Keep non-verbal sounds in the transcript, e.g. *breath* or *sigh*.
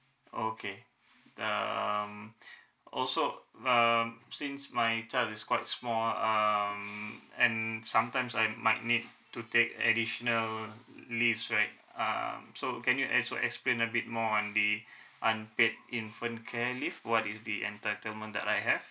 okay um *breath* also um since my child is quite small um and sometimes I might need to take additional leaves right um so can you also explain a bit more on the *breath* unpaid infant care leave what is the entitlement that I have